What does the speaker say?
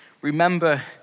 remember